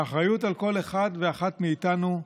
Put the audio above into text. האחריות היא על כל אחד ואחת מאיתנו,